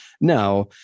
Now